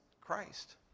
Christ